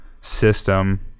system